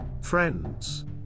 Friends